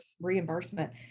reimbursement